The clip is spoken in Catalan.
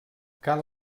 cal